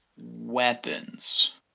weapons